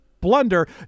blunder